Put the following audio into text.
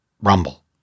rumble